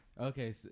okay